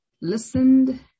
listened